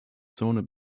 zone